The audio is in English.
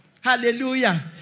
Hallelujah